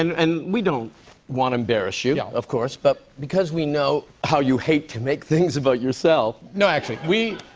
and we don't want to embarrass you. yeah. of course, but because we know how you hate to make things about yourself. no actually, we